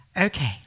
Okay